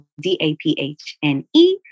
D-A-P-H-N-E